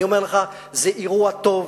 אני אומר לך, זה אירוע טוב.